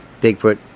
Bigfoot